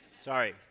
Sorry